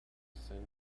sin